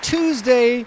Tuesday